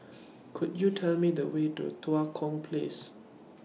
Could YOU Tell Me The Way to Tua Kong Place